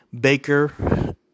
Baker